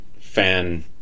fan